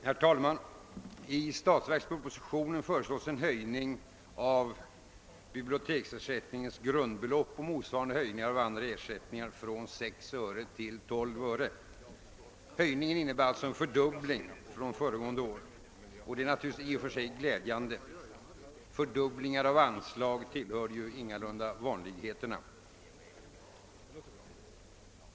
Herr talman! I statsverkspropositionen har föreslagits en höjning av biblioteksersättningens grundbelopp från 6 till 12 öre och motsvarande höjning av andra ersättningar. Höjningen innebär alltså en fördubbling från föregående år, vilket naturligtvis i och för sig är glädjande. Anslagsfördubblingar tillhör ju ingalunda vanligheterna.